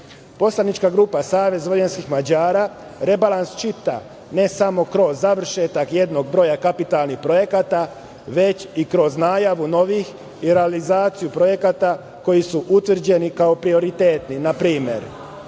SNS.Poslanička grupa Savez vojvođanskih Mađara rebalans čita ne samo kroz završetak jednog broja kapitalnih projekata, već i kroz najavu novih i realizaciju projekata koji su utvrđeni kao prioritetni. Na primer,